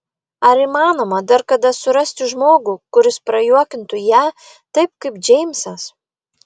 ar įmanoma dar kada surasti žmogų kuris prajuokintų ją taip kaip džeimsas